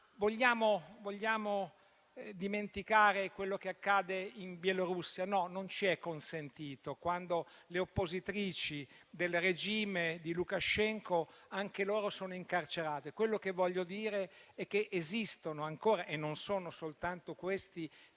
Vogliamo dimenticare quello che accade in Bielorussia? No, non ci è consentito, quando le oppositrici del regime di Lukashenko, anche loro, sono incarcerate. Quello che voglio dire è che esistono ancora, e non sono soltanto questi,